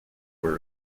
were